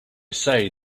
say